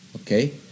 Okay